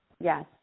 Yes